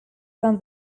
than